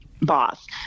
boss